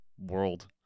world